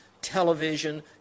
television